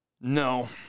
No